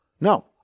No